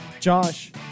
Josh